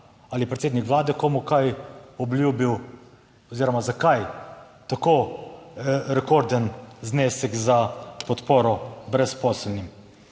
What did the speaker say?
je predsednik vlade komu kaj obljubil oziroma zakaj tako rekorden znesek za podporo brezposelnim?